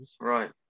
Right